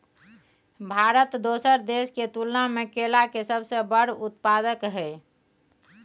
भारत दोसर देश के तुलना में केला के सबसे बड़ उत्पादक हय